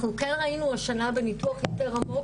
אנחנו כן ראינו השנה בניתוח יותר עמוק